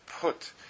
put